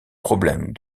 problème